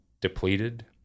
depleted